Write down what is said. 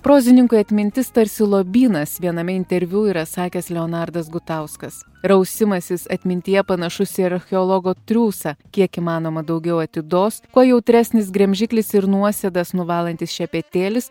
prozininkui atmintis tarsi lobynas viename interviu yra sakęs leonardas gutauskas rausimasis atmintyje panašus į archeologo triūsą kiek įmanoma daugiau atidos kuo jautresnis gremžiklis ir nuosėdas nuvalantis šepetėlis